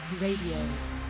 Radio